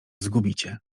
zgubicie